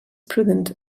prudent